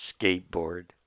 skateboard